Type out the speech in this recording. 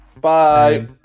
Bye